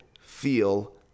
feel